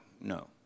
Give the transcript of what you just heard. no